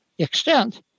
Extent